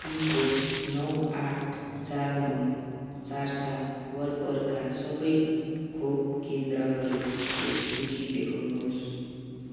pin code नौ आठ चार नौ चार सात वरपरका सबै खोप केन्द्रहरूको सूची देखाउनुहोस्